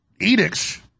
edicts